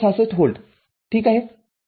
६६ volt ठीक आहे